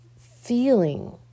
feeling